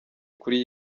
kuri